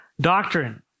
doctrine